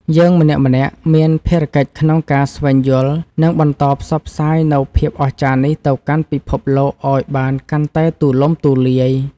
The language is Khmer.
យើងម្នាក់ៗមានភារកិច្ចក្នុងការស្វែងយល់ និង បន្តផ្សព្វផ្សាយនូវភាពអស្ចារ្យនេះទៅកាន់ពិភពលោកឱ្យបានកាន់តែទូលំទូលាយ។